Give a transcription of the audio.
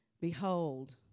Behold